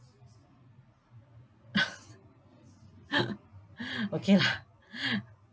okay lah